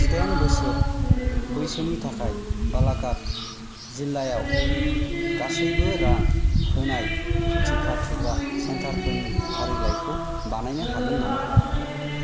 जिदाइन बोसोर बैसोनि थाखाय बालाघात जिल्लायाव गासैबो रां होनाय टिका थुग्रा सेन्टारफोरनि फारिलाइखौ बानायनो हागोन नामा